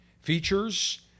features